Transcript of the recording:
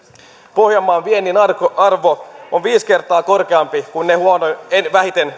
pohjanmaan viennin arvo arvo on viisi kertaa korkeampi kuin vähiten